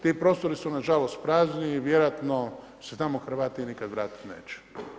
Ti prostori su nažalost prazni i vjerojatno se tamo Hrvati nikad vratiti neće.